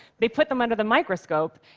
they put them under the microscope,